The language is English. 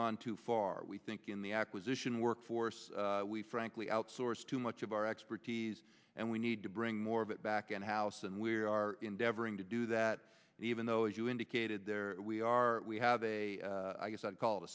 gone too far we think in the acquisition workforce we frankly outsource too much of our expertise and we need to bring more of it back in house and we are endeavoring to do that even though as you indicated there we are we have a i guess i call the